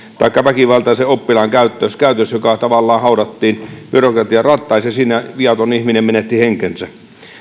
taikka väkivaltaisen oppilaan käytös käytös joka tavallaan haudattiin byrokratian rattaisiin siinä viaton ihminen menetti henkensä